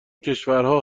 کشورها